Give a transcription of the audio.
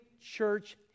church